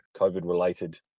COVID-related